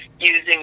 Using